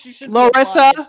Larissa